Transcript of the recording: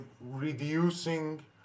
reducing